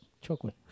Chocolate